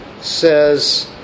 says